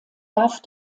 darf